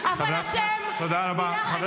בגלל נשים --- תודה רבה.